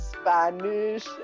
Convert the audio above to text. Spanish